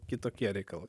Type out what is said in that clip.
kitokie reikalai